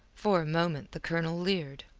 for a moment the colonel leered.